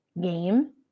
game